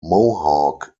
mohawk